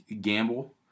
Gamble